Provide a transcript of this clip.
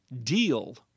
Deal